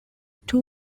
two